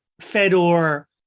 fedor